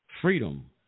freedom